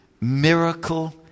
miracle